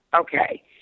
okay